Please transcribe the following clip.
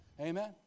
Amen